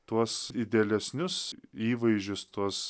tuos idealesnius įvaizdžius tuos